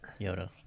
Yoda